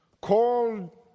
called